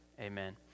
Amen